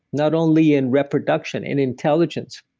not only in reproduction, in intelligence.